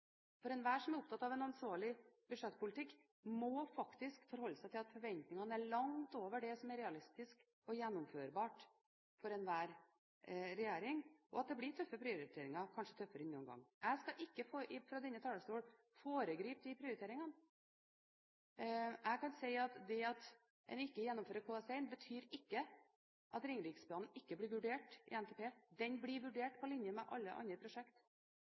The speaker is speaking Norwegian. feil. Enhver som er opptatt av en ansvarlig budsjettpolitikk, må faktisk forholde seg til at forventningene er langt over det som er realistisk og gjennomførbart for enhver regjering, og at det blir tøffe prioriteringer, kanskje tøffere enn noen gang. Jeg skal fra denne talerstol ikke foregripe de prioriteringene, men jeg kan si at det at man ikke gjennomfører KS1, betyr ikke at Ringeriksbanen ikke blir vurdert i NTP. Den blir vurdert på lik linje med alle andre